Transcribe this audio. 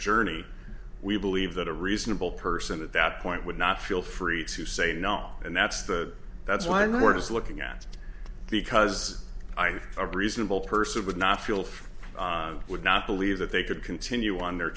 journey we believe that a reasonable person at that point would not feel free to say no and that's the that's why we're just looking at because i think a reasonable person would not feel free would not believe that they could continue on their